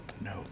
No